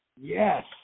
Yes